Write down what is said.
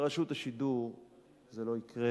ברשות השידור זה לא יקרה.